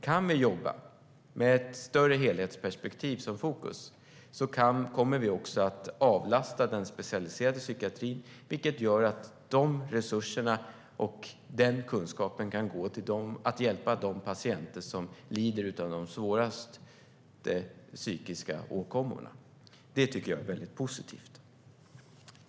Kan vi jobba med ett större helhetsperspektiv som fokus kommer vi också att avlasta den specialiserade psykiatrin, vilket gör att de resurserna och den kunskapen kan gå till att hjälpa de patienter som lider av de svåraste psykiska åkommorna. Det tycker jag är mycket positivt.